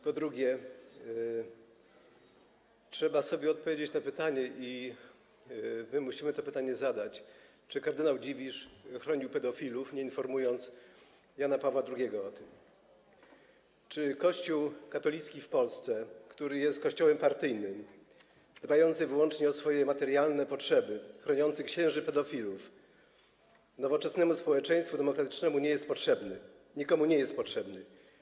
Po drugie, trzeba sobie odpowiedzieć na pytanie, i my musimy to pytanie zadać, czy kardynał Dziwisz chronił pedofilów, nie informując Jana Pawła II o tym, i czy Kościół katolicki w Polsce, który jest kościołem partyjnym, dbającym wyłącznie o swoje materialne potrzeby, chroniącym księży pedofilów, nowoczesnemu społeczeństwu demokratycznemu nie jest potrzebny, nikomu nie jest potrzebny.